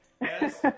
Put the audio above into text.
Yes